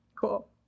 Cool